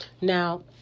Now